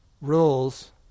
rules